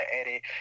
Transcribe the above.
edit